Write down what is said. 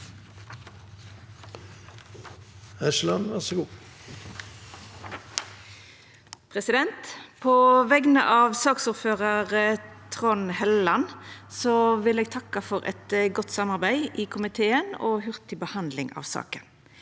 På vegner av saks- ordførar Trond Helleland vil eg takka for eit godt samarbeid i komiteen og hurtig behandling av saka.